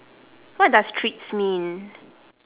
what does treats mean